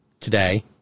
today